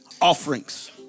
offerings